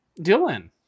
Dylan